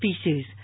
species